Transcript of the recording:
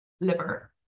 liver